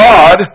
God